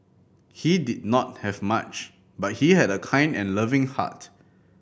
he did not have much but he had a kind and loving heart